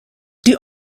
die